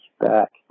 back